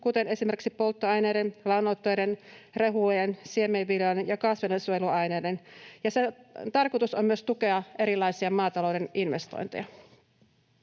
nousuun, esimerkiksi polttoaineiden, lannoitteiden, rehujen, siemenviljan ja kasvinsuojeluaineiden osalta, ja sen tarkoitus on myös tukea erilaisia maatalouden investointeja.